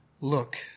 look